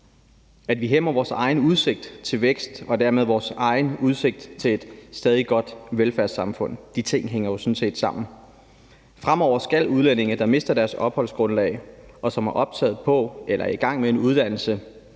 At vi hæmmer vores egen udsigt til vækst og dermed vores egen udsigt til et stadig godt velfærdssamfund, hænger jo sådan set sammen. Fremover skal udlændinge, der mister deres opholdsgrundlag, og som er optaget på eller i gang med en uddannelse